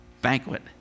banquet